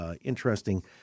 Interesting